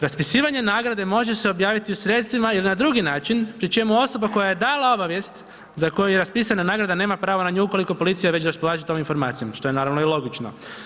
Raspisivanje nagrade može se u sredstvima ili na drugi način, pri čemu osoba koja je dala obavijest za koju je raspisana nagrada na nju ukoliko policija već raspolaže tom informacijom, što je naravno i logično.